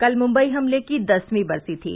कल मुंबई हमले की दसवीं बरसी थी